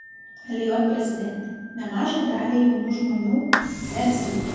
lijot prezidentė nemažai daliai jaunų žmonių ne dzin